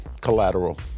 collateral